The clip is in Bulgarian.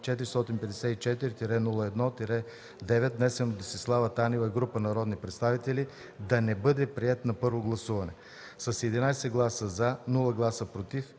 454-01-9, внесен от Десислава Танева и група народни представители, да не бъде приет на първо гласуване; с 11 гласа – “за”, 0 гласа – “против”